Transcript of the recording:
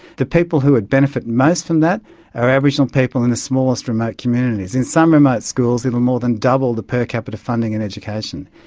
the people who would benefit most from that are aboriginal people in the smallest remote communities. in some remote schools it would more than double the per capita funding in education.